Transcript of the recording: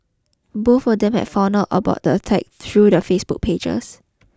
both or them had found out about the attacks through their Facebook pages